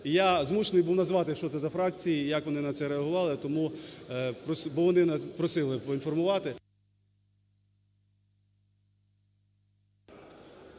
Я змушений був назвати, що це за фракції і як вони на це реагували, тому… бо вони нас просили поінформувати.